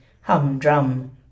humdrum